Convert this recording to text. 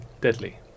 deadly